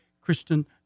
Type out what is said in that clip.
Kristen